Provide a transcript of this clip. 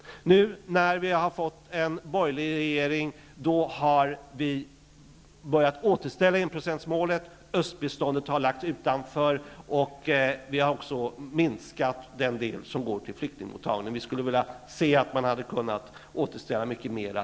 När vi nu har fått en borgerlig regering har enprocentsmålet börjat återställas. Östbiståndet har lagts utanför, och den del som går till flyktingmottagandet har minskats. Vi hade velat se att man där kunnat återställa mycket mer.